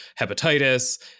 hepatitis